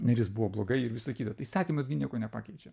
neris buvo blogai ir visa kita tai įstatymas gi nieko nepakeičia